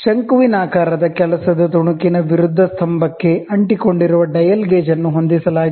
conical work piece ನ ವಿರುದ್ಧ ಸ್ತಂಭಕ್ಕೆ ಅಂಟಿಕೊಂಡಿರುವ ಡಯಲ್ ಗೇಜ್ ಅನ್ನು ಹೊಂದಿಸಲಾಗಿದೆ